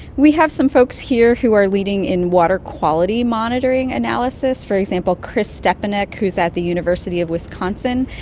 we have some folks here who are leading in water quality monitoring and analysis. for example, kris stepenuck who is at the university of wisconsin.